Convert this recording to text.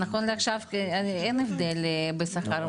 נכון לעכשיו אין הבדל בשכר,